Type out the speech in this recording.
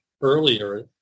earlier